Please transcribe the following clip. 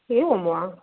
एवं वा